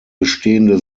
bestehende